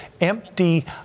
empty